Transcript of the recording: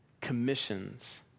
commissions